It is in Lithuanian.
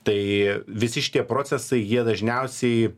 tai visi šitie procesai jie dažniausiai